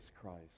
Christ